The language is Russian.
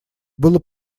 было